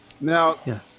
now